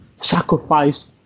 sacrifice